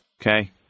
Okay